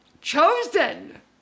chosen